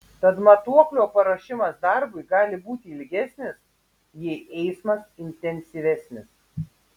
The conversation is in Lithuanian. tad matuoklio paruošimas darbui gali būti ilgesnis jei eismas intensyvesnis